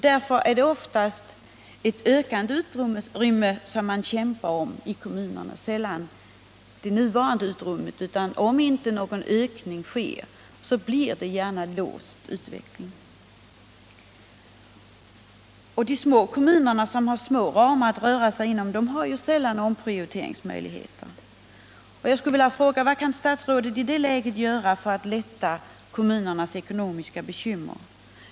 Därför är det oftast ett ökat utrymme man kämpar om i kommunerna, sällan det nuvarande utrymmet. Om inte någon ökning sker blir utvecklingen gärna låst. De små kommunerna, som har små ramar att röra sig inom, har sällan omprioriteringsmöjligheter. Jag skulle vilja fråga: Vad kan statsrådet göra i det läget för att lätta kommunernas ekonomiska bekymmer?